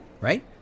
right